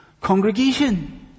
congregation